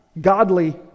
godly